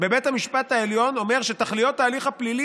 בבית המשפט העליון אומר שתכליות ההליך הפלילי